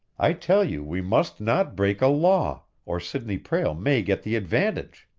i tell you we must not break a law, or sidney prale may get the advantage!